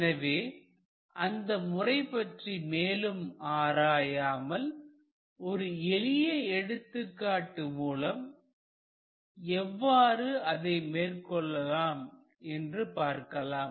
எனவே அந்த முறை பற்றி மேலும் ஆராயாமல் ஒரு எளிய எடுத்துக்காட்டு மூலம் எவ்வாறு அதை மேற்கொள்ளலாம் என்று பார்க்கலாம்